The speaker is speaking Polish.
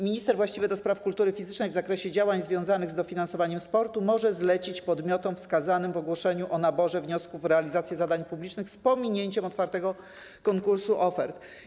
Minister właściwy do spraw kultury fizycznej w zakresie działań związanych z dofinansowaniem sportu może zlecić podmiotom wskazanym w ogłoszeniu o naborze wniosków realizację zadań publicznych z pominięciem otwartego konkursu ofert.